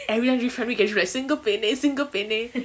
everyone show me get dressing சிங்க பெண்ணே சிங்க பெண்ணே:singa penne singa penne